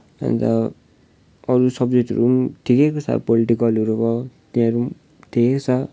अन्त अरू सब्जेक्टहरू पनि ठिकैको छ अब पोलिटिकलहरू भयो तिनीहरू पनि ठिकैको छ